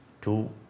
two